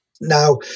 Now